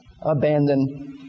abandon